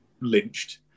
lynched